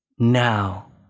now